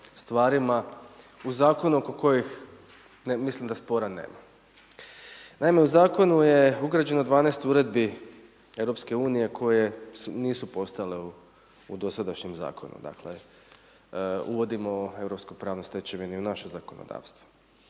stvarima u Zakonu oko kojih mislim da spora nema. Naime, u zakonu je ugrađeno 12 uredbi Europske unije koje nisu postojale u dosadašnjem zakonu, dakle, uvodimo europske pravne stečevine u naše zakonodavstvo.